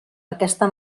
aquesta